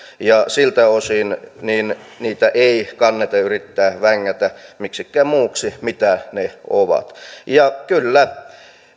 ja siltä osin niitä ei kannata yrittää vängätä miksikään muuksi kuin mitä ne ovat ja kyllä